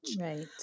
Right